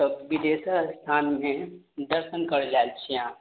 तऽ बिदेश्वर स्थानमे दर्शन करै लऽ आएल छियै अहाँ